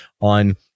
on